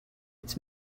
its